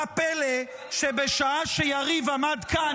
מה הפלא שבשעה שיריב לוין עמד כאן,